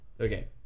Okay